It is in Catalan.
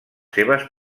seves